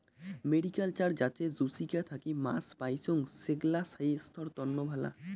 mariculture যাতে জুচিকা থাকি মাছ পাইচুঙ, সেগ্লা ছাইস্থ্যর তন্ন ভালা